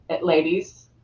Ladies